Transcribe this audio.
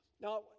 Now